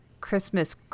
Christmas